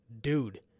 Dude